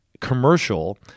commercial